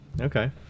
okay